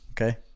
Okay